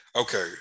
Okay